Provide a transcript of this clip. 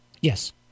Yes